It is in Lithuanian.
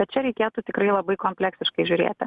va čia reikėtų tikrai labai kompleksiškai žiūrėti